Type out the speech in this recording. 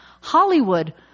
Hollywood